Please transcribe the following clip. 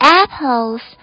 apples